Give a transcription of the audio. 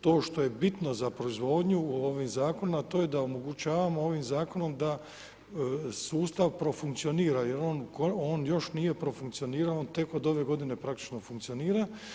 TO što je bitno za proizvodnju ovim Zakonom, a to je da omogućavamo ovim Zakonom da sustav profunkcionira jer on u konačnici, on još nije profunkcionirao, on tek od ove godine praktično funkcionira.